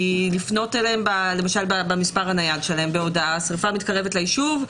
לפנות אליהם במספר הנייד שלהם בהודעה: שריפה מתקרבת לישוב.